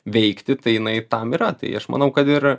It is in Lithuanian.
veikti tai jinai tam yra tai aš manau kad ir